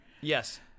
Yes